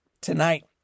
Tonight